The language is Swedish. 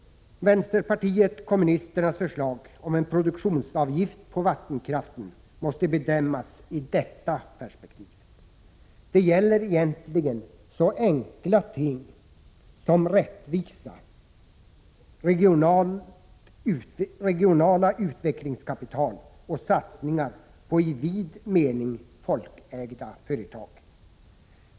Vänsterpartiet kommunisternas förslag om en produktionsavgift på vattenkraften måste ses i detta perspektiv. Det gäller egentligen så enkla ting som rättvisa, regionalt utvecklingskapital och satsningar på i vid mening folkägda företag.